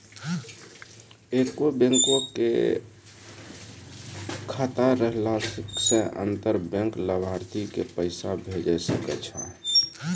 एक्के बैंको के खाता रहला से अंतर बैंक लाभार्थी के पैसा भेजै सकै छै